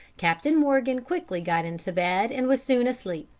captain morgan quickly got into bed and was soon asleep.